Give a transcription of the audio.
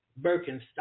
Birkenstock